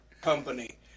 company